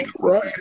Right